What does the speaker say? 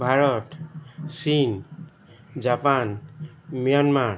ভাৰত চীন Japan Myanmar